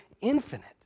infinite